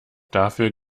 dafür